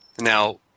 Now